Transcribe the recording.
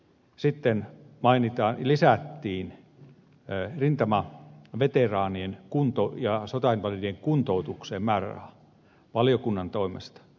sitten lisättiin rintamaveteraanien ja sotainvalidien kuntoutukseen määrärahaa valiokunnan toimesta